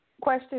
question